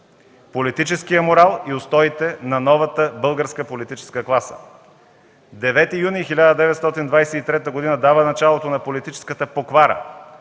политическият морал и устоите на новата българска политическа класа. Девети юни 1923 г. дава началото на политическата поквара,